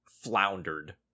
floundered